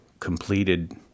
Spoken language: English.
completed